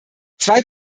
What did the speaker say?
zwei